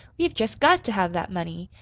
we've jest got to have that money.